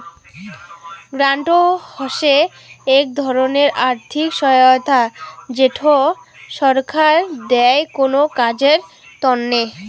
grant হসে এক ধরণের আর্থিক সহায়তা যেটো ছরকার দেয় কোনো কাজের তন্নে